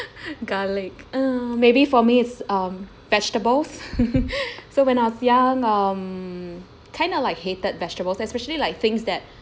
garlic um maybe for me is um vegetables so when I was young um kinda like hated vegetables especially like things that